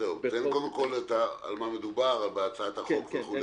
קודם כל על מה מדובר בהצעת החוק וכו',